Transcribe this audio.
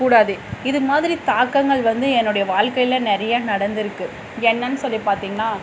கூடாது இது மாதிரி தாக்கங்கள் வந்து என்னுடைய வாழ்க்கையில நிறைய நடந்திருக்கு என்னென்னு சொல்லி பார்த்தீங்கன்னா